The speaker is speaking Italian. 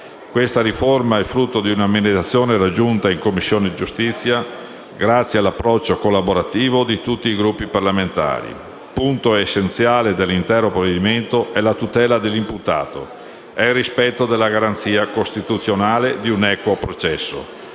Questa riforma è il frutto di una mediazione raggiunta in Commissione giustizia grazie all'approccio collaborativo di tutti i Gruppi parlamentari. Punto essenziale dell'intero provvedimento è la tutela dell'imputato e il rispetto della garanzia costituzionale di un equo processo,